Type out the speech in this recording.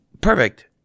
Perfect